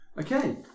Okay